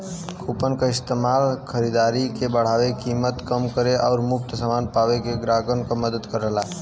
coupon क इस्तेमाल खरीदारी के बढ़ावे, कीमत कम करे आउर मुफ्त समान पावे में ग्राहकन क मदद करला